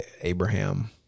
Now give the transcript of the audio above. Abraham